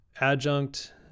adjunct